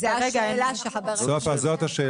זאת השאלה שהצגתם.